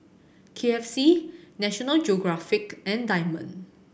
K F C National Geographic and Diamond